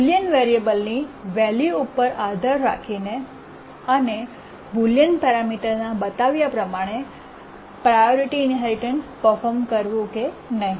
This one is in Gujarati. બુલિયન વેરીએબલની વૅલ્યુ ઉપર આધાર રાખીને અને બુલિયન પેરૅમિટરના બતાવ્યા પ્રમાણે પ્રાયોરિટી ઈન્હેરિટન્સ પર્ફોર્મ કરવું કે નહીં